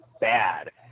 bad